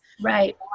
Right